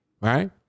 right